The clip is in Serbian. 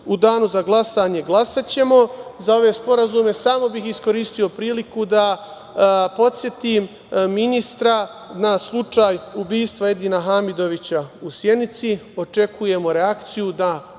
Danu za glasanje glasaćemo za ove sporazume. Samo bih iskoristio priliku da podsetim ministra na slučaj ubistva Edina Hamidovića u Sjenici. Očekujemo reakciju da oni